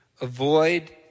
Avoid